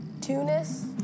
Tunis